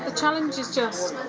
ah challenge is just